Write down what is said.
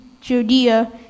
Judea